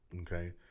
okay